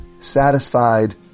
satisfied